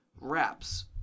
wraps